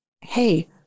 hey